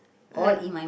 like